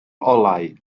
olau